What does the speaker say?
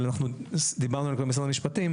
אבל דיברנו קודם עם משרד המשפטים,